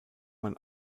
man